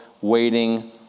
waiting